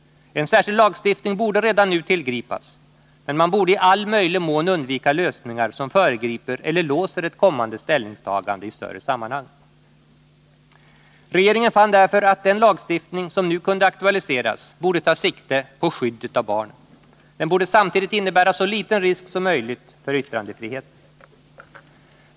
En särskild lagstiftning borde redan nu tillgripas, men man borde i all möjlig mån undvika lösningar som föregriper eller låser ett kommande ställningstagande i större sammanhang. Regeringen fann därför att den lagstiftning som nu kunde aktualiseras borde ta sikte på skyddet av barnen. Den borde samtidigt innebära så liten risk som möjligt för yttrandefriheten.